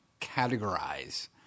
categorize